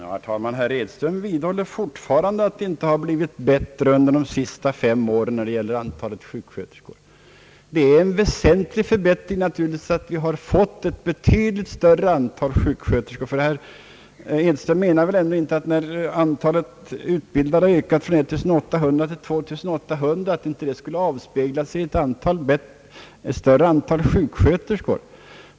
Herr talman! Herr Edström vidhåller fortfarande att det inte har blivit någon förbättring under de senaste fem åren när det gäller antalet sjuksköterskor. Det är naturligtvis en väsentlig förbättring att vi har fått ett betydligt större antal sjuksköterskor, ty herr Edström menar väl ändå inte att en ökning av antalet utbildade sjuksköterskor från 1800 till 2800 inte skulle avspegla sig i ett större antal sjuksköterskor.